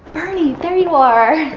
bernie, there you are.